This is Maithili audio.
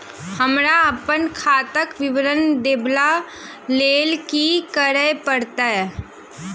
हमरा अप्पन खाताक विवरण देखबा लेल की करऽ पड़त?